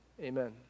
Amen